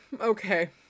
okay